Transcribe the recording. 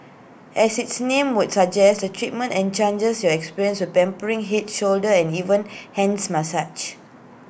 as its name would suggest the treatment in chances your experience with pampering Head shoulder and even hands massage